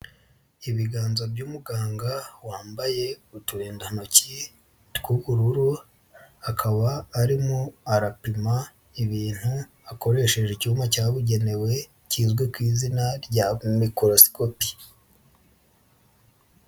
Ibiganza by'umuganga wambaye uturindantoki tw'ubururu akaba arimo arapima ibintu akoresheje icyuma cyabugenewe kizwi ku izina rya mikorosikopi.